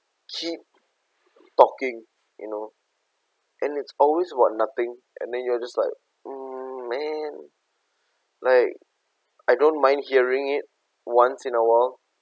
keep talking you know and it's always about nothing and then you're just like mm man like I don't mind hearing it once in a while